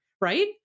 right